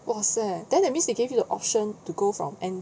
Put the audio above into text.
!wahseh! then that means they gave you the option to go from N